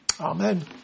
Amen